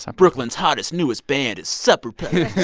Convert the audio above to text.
um brooklyn's hottest, newest band is supper puppies